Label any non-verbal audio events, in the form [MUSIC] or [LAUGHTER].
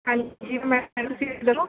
ਹਾਂਜੀ [UNINTELLIGIBLE]